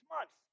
months